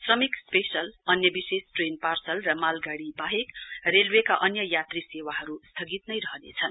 श्रमिक स्पेशल अन्य विशेष ट्रेन पार्सल र मालगाडीहरू बाहेक रेलवेका अन्य यात्री सेवाहरू स्थगित नै रहनेछन्